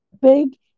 big